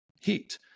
heat